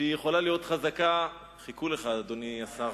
שהיא יכולה להיות חזקה, חיכו לך, אדוני השר.